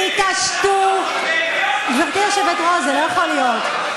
תתעשתו, גברתי היושבת-ראש, זה לא יכול להיות.